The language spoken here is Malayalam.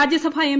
രാജ്യസഭാ എം